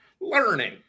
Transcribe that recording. learning